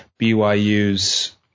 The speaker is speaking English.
BYU's